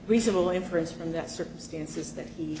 reasonable inference from that circumstances that he